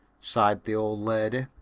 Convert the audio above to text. sighed the old lady.